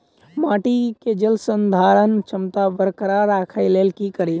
माटि केँ जलसंधारण क्षमता बरकरार राखै लेल की कड़ी?